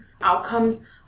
outcomes